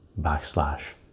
backslash